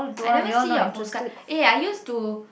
I never see your postcard eh I used to